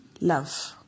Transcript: love